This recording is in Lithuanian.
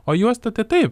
o juosta tai taip